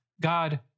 God